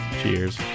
cheers